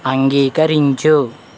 అంగీకరించు